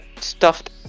stuffed